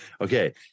Okay